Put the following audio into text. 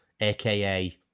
aka